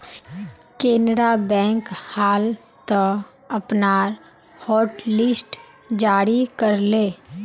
Canara bank हाल त अपनार हॉटलिस्ट जारी कर ले